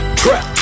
trap